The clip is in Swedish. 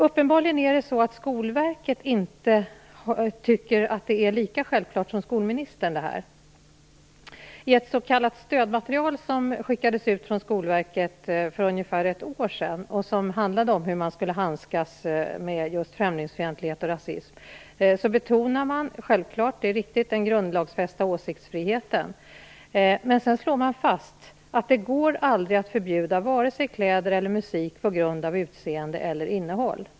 Uppenbarligen tycker inte Skolverket att detta är lika självklart som skolministern gör. I ett s.k. stödmaterial som skickades ut från Skolverket för ungefär ett år sedan, och som handlade om hur man skulle handskas med främlingsfientlighet och rasism betonas den grundlagsfästa åsiktsfriheten. Det är självfallet riktigt. Sedan slås fast att det aldrig går att förbjuda vare sig kläder eller musik på grund av utseende eller innehåll.